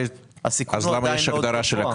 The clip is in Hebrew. הסיכון הוא עדיין מאוד גבוה.